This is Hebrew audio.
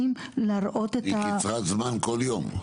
היא קצרת זמן כל יום.